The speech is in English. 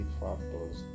factors